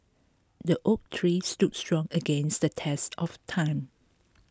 the oak tree stood strong against the test of time